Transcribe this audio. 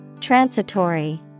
Transitory